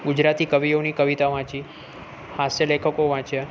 ગુજરાતી કવિઓની કવિતાઓ વાંચી હાસ્ય લેખકો વાંચ્યા